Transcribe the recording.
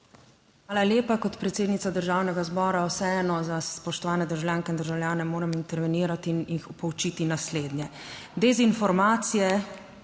Hvala lepa. Kot predsednica Državnega zbora vseeno za spoštovane državljanke in državljane moram intervenirati in jih poučiti naslednje. Dezinformacije,